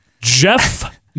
Jeff